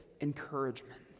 encouragement